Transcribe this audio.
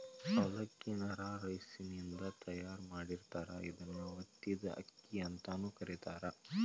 ಅವಲಕ್ಕಿ ನ ರಾ ರೈಸಿನಿಂದ ತಯಾರ್ ಮಾಡಿರ್ತಾರ, ಇದನ್ನ ಒತ್ತಿದ ಅಕ್ಕಿ ಅಂತಾನೂ ಕರೇತಾರ